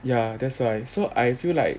ya that's why so I feel like